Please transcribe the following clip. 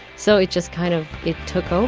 so it just kind of it took um